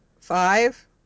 five